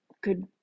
good